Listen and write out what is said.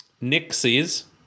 nixies